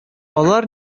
алар